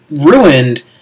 ruined